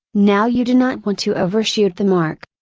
now you do not want to overshoot the mark.